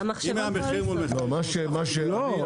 אם המחיר הוא --- אני הבנתי.